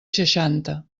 seixanta